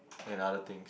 another thing